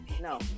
no